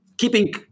keeping